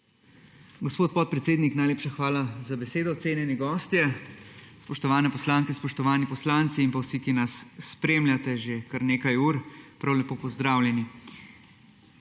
Gospod podpredsednik, najlepša hvala za besedo. Cenjeni gostje, spoštovane poslanke, spoštovani poslanci in pa vsi, ki nas spremljate že kar nekaj ur, prav lepo pozdravljeni!